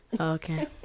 Okay